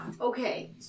Okay